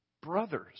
brothers